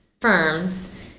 firms